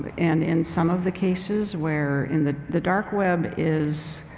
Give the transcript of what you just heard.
and in some of the cases, where in the the dark web is